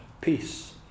peace